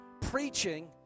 preaching